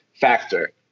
factor